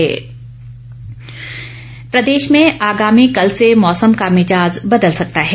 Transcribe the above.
मौसम प्रदेश में आगामी कल से मौसम का भिजाज बदल सकता है